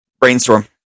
Brainstorm